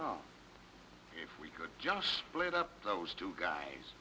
if we could just split up those two guys